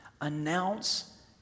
Announce